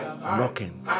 knocking